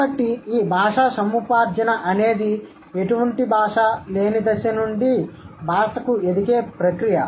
కాబట్టి ఈ భాషా సముపార్జన అనేది ఎటువంటి బాష లేని దశ నుండీ భాషకు ఎదిగే ప్రక్రియ